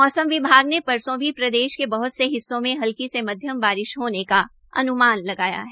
मौसम विभाग ने भी प्रदेश के बहत से हिस्सों में हलकी से मध्यम बारिश का अन्मान लगाया है